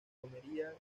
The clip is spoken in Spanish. romería